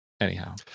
Anyhow